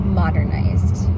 modernized